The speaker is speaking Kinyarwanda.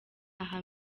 aha